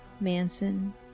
Manson